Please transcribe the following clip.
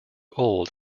old